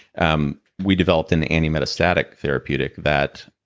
um we developed an anti-metastatic therapeutic that,